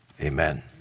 Amen